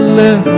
let